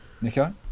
Nico